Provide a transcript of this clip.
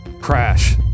Crash